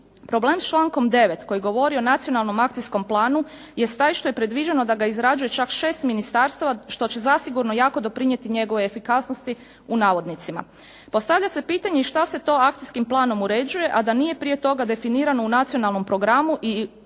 Problem s člankom 9. koji govori o Nacionalnom akcijskom planu jest taj što je predviđeno da ga izrađuje čak šest ministarstava što će zasigurno jako doprinijeti njegovoj efikasnosti u navodnicima. Postavlja se pitanje i šta se to akcijskim planom uređuje a da nije prije toga definirano u nacionalnom programu i cilju